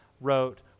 wrote